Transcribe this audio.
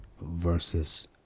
versus